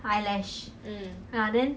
eyelash ah then